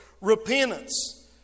repentance